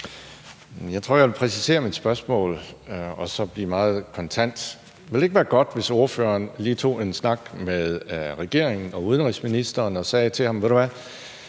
Jeg tror, jeg vil præcisere mit spørgsmål og blive meget kontant. Ville det ikke være godt, hvis ordføreren lige tog en snak med udenrigsministeren og sagde til ham: